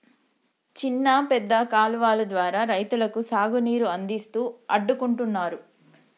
చిన్న పెద్ద కాలువలు ద్వారా రైతులకు సాగు నీరు అందిస్తూ అడ్డుకుంటున్నారు